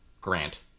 Grant